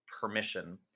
permission